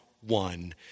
one